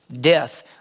Death